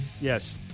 Yes